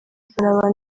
abantu